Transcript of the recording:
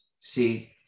see